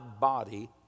body